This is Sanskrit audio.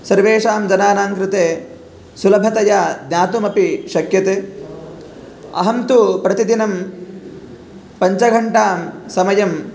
सर्वेषां जानानां कृते सुलभतया ज्ञातुमपि शक्यते अहं तु प्रतिदिनं पञ्चघण्टां समयं